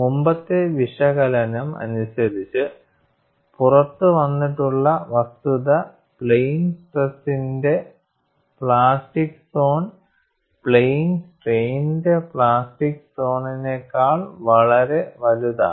മുമ്പത്തെ വിശകലനം അനുസരിച്ച് പുറത്തു വന്നിട്ടുള്ള വസ്തുത പ്ലെയിൻ സ്ട്രെസിൻറെ പ്ലാസ്റ്റിക് സോൺ പ്ലെയിൻ സ്ട്രെയിൻറെ പ്ലാസ്റ്റിക് സോൺനെകാൾ വളരെ വലുതാണ്